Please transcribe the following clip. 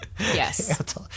yes